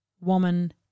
woman